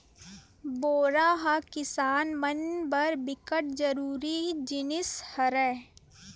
बोरा ह किसान मन बर बिकट जरूरी जिनिस हरय